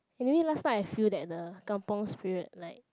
for me last time I feel that the Kampung spirit like